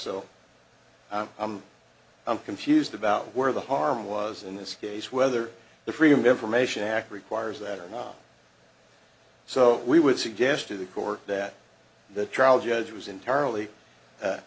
so i'm i'm confused about where the harm was in this case whether the freedom of information act requires that or not so we would suggest to the court that the trial judge was entirely